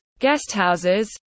guesthouses